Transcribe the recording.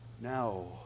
now